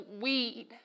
weed